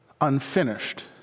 Unfinished